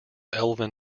elven